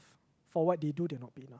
for what they do they are not paid enough